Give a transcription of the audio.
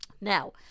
Now